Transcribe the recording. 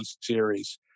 series